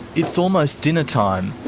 it's almost dinner time,